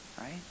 right